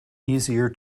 easier